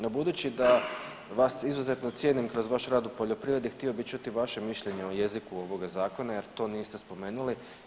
No, budući da vas izuzetno cijenim kroz vaš rad u poljoprivredi htio bih čuti vaše mišljenje o jeziku ovog zakona jer to niste spomenuli.